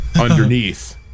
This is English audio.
underneath